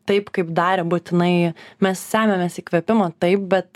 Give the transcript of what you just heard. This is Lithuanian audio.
taip kaip darė būtinai mes semiamės įkvėpimo taip bet